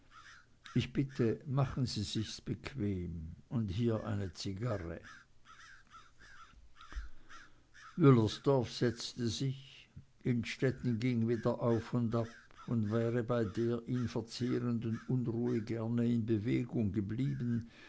ich bitte sie machen sie sich's bequem und hier eine zigarre wüllersdorf setzte sich innstetten ging wieder auf und ab und wäre bei der ihn verzehrenden unruhe gern in bewegung geblieben